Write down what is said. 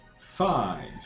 Five